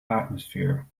atmosphere